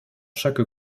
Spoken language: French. chaque